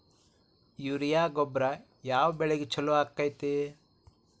Urea ಗೊಬ್ಬರ ಯಾವ ಬೆಳಿಗೆ ಛಲೋ ಆಕ್ಕೆತಿ?